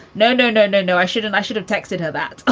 no, no, no, no, no. i should. and i should have texted her that.